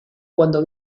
cuando